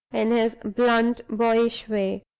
in his blunt, boyish way.